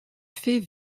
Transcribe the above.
fait